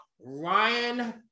Ryan